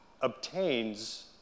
obtains